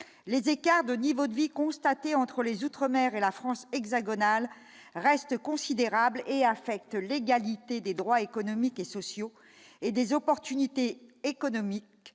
les écarts de niveau de vie constatée entre les Outre-Mer et la France hexagonale reste considérable et affecte l'égalité des droits économiques et sociaux et des opportunités économiques